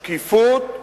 שקיפות,